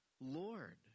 Lord